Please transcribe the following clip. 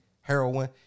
heroin